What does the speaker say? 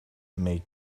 may